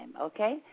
Okay